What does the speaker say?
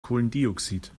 kohlendioxid